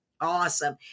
Awesome